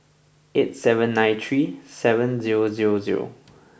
eight seven nine three seven zero zero zero